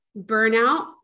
Burnout